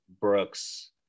Brooks